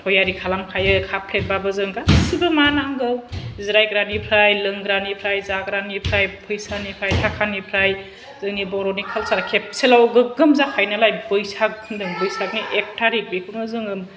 थयारि खालामखायो खाफ फ्लेट बाबो जों गासिबो मा नांगौ जिरायग्रा निफ्राय लोंग्रा निफ्राय जाग्रा निफ्राय फैसा निफ्राय थाखिनिफ्राय जोंनि बर'नि खालसार खेबसेल' गोगोम जाखायो नालाय बैसाग होनदों बैसागनि एक थारिक बेखौनो जोङो